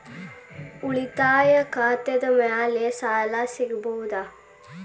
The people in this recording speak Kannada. ಉಳಿತಾಯ ಖಾತೆದ ಮ್ಯಾಲೆ ಸಾಲ ಸಿಗಬಹುದಾ?